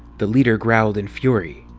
the leader growled in fury.